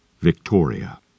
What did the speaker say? Victoria